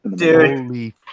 Holy